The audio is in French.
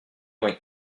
vingt